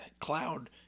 Cloud